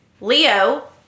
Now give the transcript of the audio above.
Leo